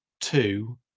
two